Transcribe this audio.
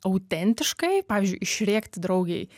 autentiškai pavyzdžiui išrėkti draugei